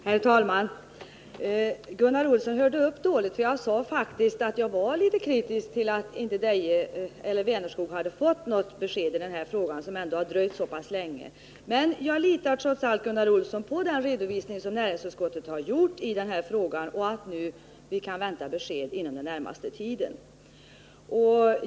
Herr talman! Gunnar Olsson hör upp dåligt. för jag sade faktiskt att jag var litet kritisk till att inte Vänerskog hade fått något besked i den här frågan, som ändå dröjt så pass länge. Men jag litar trots allt, Gunnar Olsson, på näringsutskottets redovisning av den här frågan och utgår från att vi kan vänta besked inom den närmaste tiden.